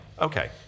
okay